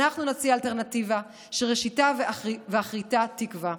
אנחנו נציע אלטרנטיבה שראשיתה ואחריתה תקווה,